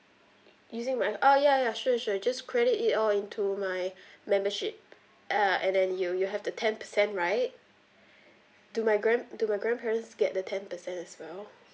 using my uh ya ya sure sure just credit it all into my membership uh and then you you have the ten percent right do my grand~ do my grandparents get the ten percent as well